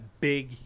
big